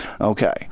Okay